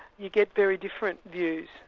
you get very different views.